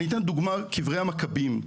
אתן דוגמה של קברי המכבים,